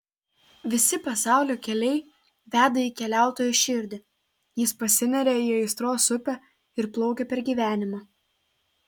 visi pasaulio keliai veda į keliautojo širdį jis pasineria į aistros upę ir plaukia per gyvenimą